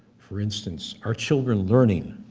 for instance, are children learning,